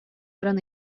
баран